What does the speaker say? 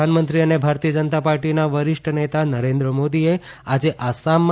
પ્રધાનમંત્રી અને ભારતીય જનતા પાર્ટીના વરિષ્ઠ નેતા નરેન્દ્ર મોદીએ આજે આસામમાં